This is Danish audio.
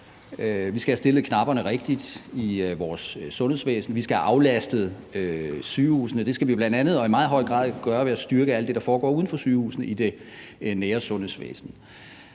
Vi skal have stillet knapperne rigtigt i vores sundhedsvæsen, vi skal have aflastet sygehusene, og det skal vi bl.a. og i meget høj grad gøre ved at styrke alt det, der foregår uden for sygehusene i det nære sundhedsvæsen.